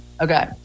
Okay